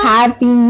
Happy